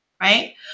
right